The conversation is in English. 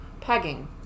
Pegging